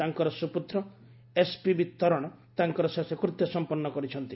ତାଙ୍କର ସୁପୁତ୍ର ଏସ୍ପିବି ତରଣ ତାଙ୍କର ଶେଷକୃତ୍ୟ ସଂପନ୍ନ କରିଛନ୍ତି